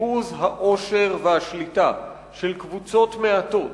ריכוז העושר והשליטה של קבוצות מעטות